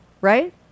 right